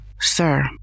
sir